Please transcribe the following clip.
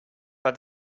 but